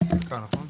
הישיבה ננעלה